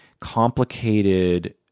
complicated